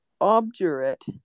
obdurate